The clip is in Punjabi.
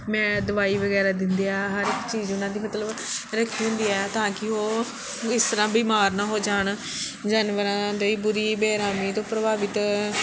ਮੈਂ ਦਵਾਈ ਵਗੈਰਾ ਦਿੰਦੇ ਆ ਹਰ ਇੱਕ ਚੀਜ਼ ਉਹਨਾਂ ਦੀ ਮਤਲਬ ਰੱਖੀ ਹੁੰਦੀ ਹੈ ਤਾਂ ਕਿ ਉਹ ਇਸ ਤਰ੍ਹਾਂ ਬਿਮਾਰ ਨਾ ਹੋ ਜਾਣ ਜਾਨਵਰਾਂ ਲਈ ਬੁਰੀ ਬੇਰਹਿਮੀ ਤੋਂ ਪ੍ਰਭਾਵਿਤ